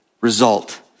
Result